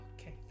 okay